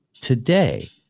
today